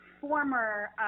Former